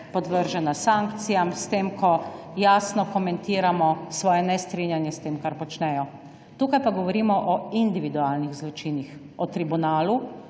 podvržena sankcijam, s tem, ko jasno komentiramo svoje nestrinjanje s tem, kar počnejo. Tukaj pa govorimo o individualnih zločinih, o tribunalu,